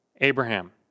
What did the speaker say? Abraham